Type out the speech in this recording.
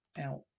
out